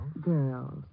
Girls